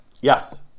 yes